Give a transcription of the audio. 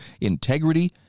integrity